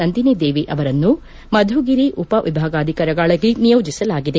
ನಂದಿನಿ ದೇವಿ ಅವರನ್ನು ಮಧುಗಿರಿ ಉಪ ವಿಭಾಗಾಧಿಕಾರಿಗಳಾಗಿ ನಿಯೋಜಿಸಲಾಗಿದೆ